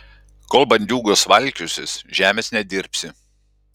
kol bandiūgos valkiosis žemės nedirbsi